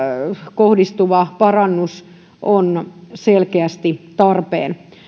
kohdistuva parannus on selkeästi tarpeen